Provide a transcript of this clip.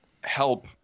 help